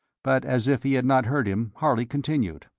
but as if he had not heard him harley continued